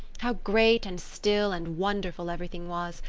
how great and still and wonderful everything was,